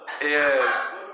Yes